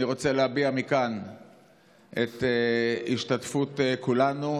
אז אני רוצה להביע מכאן את השתתפות כולנו,